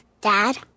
Dad